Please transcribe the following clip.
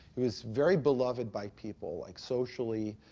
he was very beloved by people, like, socially.